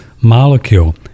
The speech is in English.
molecule